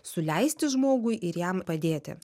suleisti žmogui ir jam padėti